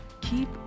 keep